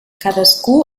cadascú